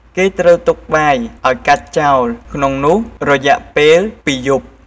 គេត្រូវទុកបាយឲ្យកាច់ចោលក្នុងនោះរយៈពេល២យប់។